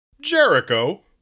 Jericho